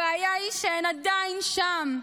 הבעיה היא שהן עדיין שם.